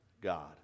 God